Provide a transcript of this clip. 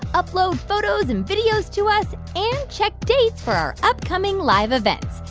upload photos and videos to us and check dates for our upcoming live events.